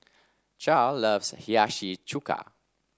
Charle loves Hiyashi Chuka